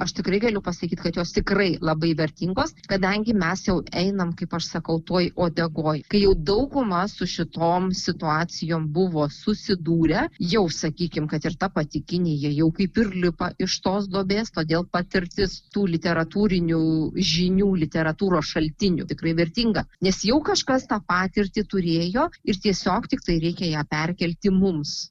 aš tikrai galiu pasakyt kad jos tikrai labai vertingos kadangi mes jau einam kaip aš sakau toj uodegoj kai jau dauguma su šitom situacijom buvo susidūrę jau sakykim kad ir ta pati kinija jau kaip ir lipa iš tos duobės todėl patirtis tų literatūrinių žinių literatūros šaltinių tikrai vertinga nes jau kažkas tą patirtį turėjo ir tiesiog tiktai reikia ją perkelti mums